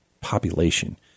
population